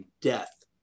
death